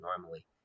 normally